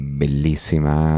bellissima